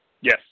Yes